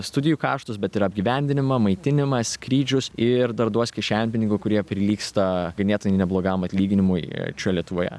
studijų kaštus bet ir apgyvendinimą maitinimą skrydžius ir dar duos kišenpinigių kurie prilygsta ganėtinai neblogam atlyginimui čia lietuvoje